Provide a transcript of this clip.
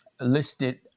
listed